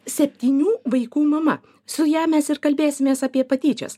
septynių vaikų mama su ja mes ir kalbėsimės apie patyčias